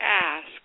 ask